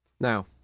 Now